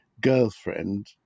girlfriend